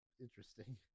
interesting